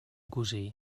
cosí